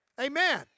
Amen